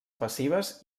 passives